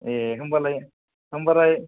ए होमबालाय होमबालाय